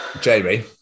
Jamie